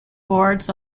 boards